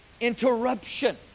interruption